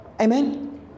Amen